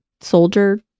soldier